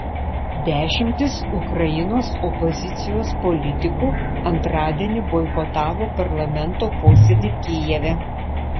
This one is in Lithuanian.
dešimtys ukrainos opozicijos politikų antradienį boikotavo parlamento posėdį kijeve